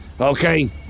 Okay